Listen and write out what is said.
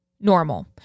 normal